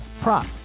prop